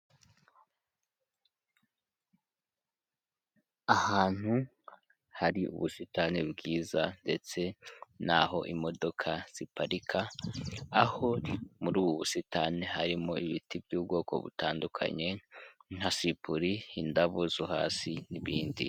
Ahantu hari ubusitani bwiza ndetse n'aho imodoka ziparika, aho muri ubu busitani harimo ibiti by'ubwoko butandukanye, nka sipuri, indabo zo hasi n'ibindi.